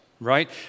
right